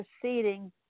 proceeding